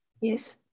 Yes